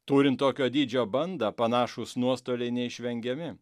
turint tokio dydžio bandą panašūs nuostoliai neišvengiami